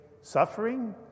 suffering